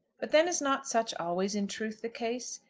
but then is not such always in truth the case,